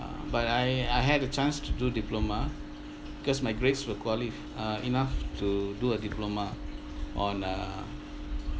uh but I I had a chance to do diploma because my grades were qualif~ uh enough to do a diploma on uh